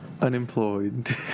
Unemployed